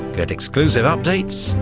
get exclusive updates,